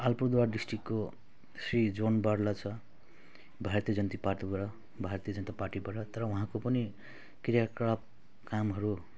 अलिपुरद्वार डिस्ट्रिक्टको श्री जोन बार्ला छ भारतीय जन्ता पार्टीबाट भारतीय जनता पार्टीबाट तर उहाँको पनि क्रियाकलाप कामहरू